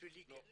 בשבילי כן.